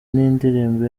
nindirimbo